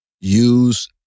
use